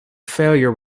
failure